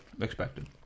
expected